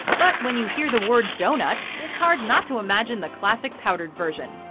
but when you hear the word, doughnut, it's hard not to imagine the classic powdered version,